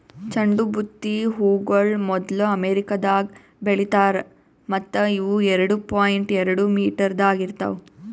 ಚಂಡು ಬುತ್ತಿ ಹೂಗೊಳ್ ಮೊದ್ಲು ಅಮೆರಿಕದಾಗ್ ಬೆಳಿತಾರ್ ಮತ್ತ ಇವು ಎರಡು ಪಾಯಿಂಟ್ ಎರಡು ಮೀಟರದಾಗ್ ಇರ್ತಾವ್